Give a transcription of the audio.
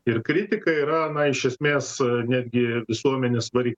ir kritika yra na iš esmės netgi visuomenės varik